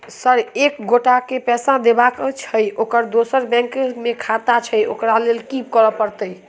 Sir एक एगोटा केँ पैसा देबाक छैय ओकर दोसर बैंक मे खाता छैय ओकरा लैल की करपरतैय?